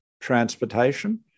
transportation